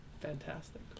fantastic